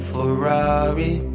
Ferrari